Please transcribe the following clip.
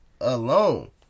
alone